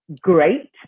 great